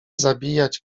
zabijać